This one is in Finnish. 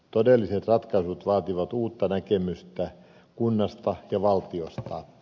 todelliset ratkaisut vaativat uutta näkemystä kunnasta ja valtiosta